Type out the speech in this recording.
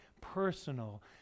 personal